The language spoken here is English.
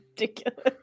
ridiculous